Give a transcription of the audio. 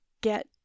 get